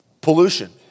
pollution